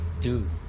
dude